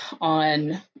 on